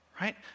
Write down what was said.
Right